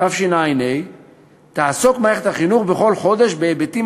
תשע"ה תעסוק מערכת החינוך בכל חודש בהיבטים